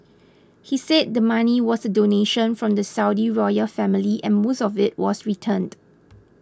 he said the money was a donation from the Saudi royal family and most of it was returned